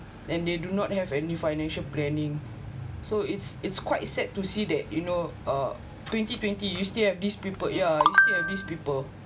and they do not have any financial planning so it's it's quite sad to see that you know uh twenty twenty you still have these people yeah these people